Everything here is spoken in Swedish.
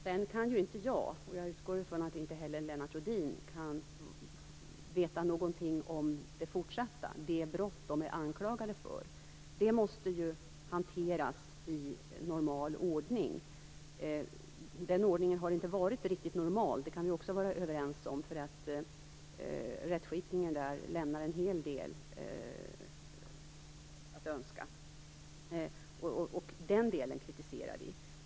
Sedan kan inte jag - jag utgår från inte heller Lennart Rohdin - veta något om de brott de är anklagade för. Det måste hanteras i normal ordning. Vi kan också vara överens om att den ordningen har inte varit riktigt normal. Rättskipningen lämnar en hel del övrigt att önska. Den delen kritiserar vi.